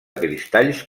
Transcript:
cristalls